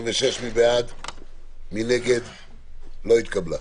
ההסתייגות לא התקבלה.